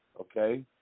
okay